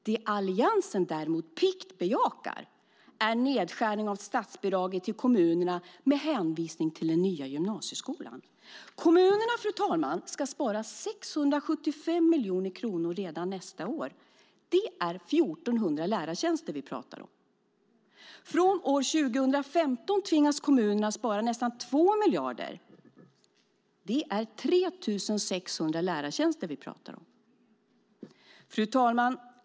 Det Alliansen däremot piggt bejakar är en nedskärning av statsbidraget till kommunerna med hänvisning till den nya gymnasieskolan. Kommunerna, fru talman, ska spara 675 miljoner kronor redan nästa år. Det är 1 400 lärartjänster vi talar om. Från år 2015 tvingas kommunerna spara nästan 2 miljarder. Det är 3 600 lärartjänster vi talar om. Fru talman!